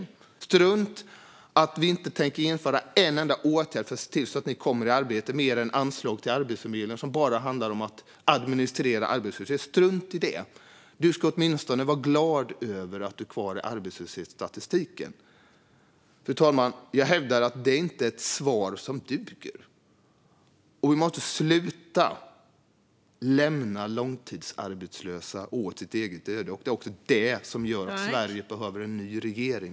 Och strunt i att vi inte tänker införa en enda åtgärd för att se till att ni kommer i arbete, mer än anslag till Arbetsförmedlingen som bara handlar om att administrera arbetslöshet. Strunt i det! Ni ska åtminstone vara glada över att ni är kvar i arbetslöshetsstatistiken. Fru talman! Jag hävdar att detta svar inte duger. Vi måste sluta att lämna de långtidsarbetslösa åt deras öde. Det är det här som gör att Sverige behöver en ny regering.